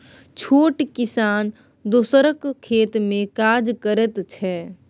छोट किसान दोसरक खेत मे काज करैत छै